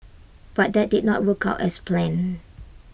but that did not work out as planned